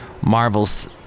Marvel's